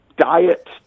diet